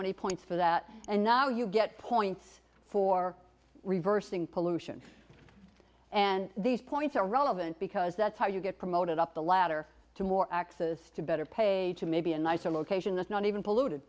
many points for that and now you get points for reversing pollution and these points are relevant because that's how you get promoted up the ladder to more access to better paid to maybe a nicer location that's not even polluted